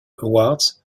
awards